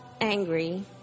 angry